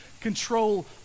control